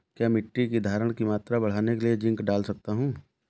क्या मिट्टी की धरण की मात्रा बढ़ाने के लिए जिंक डाल सकता हूँ?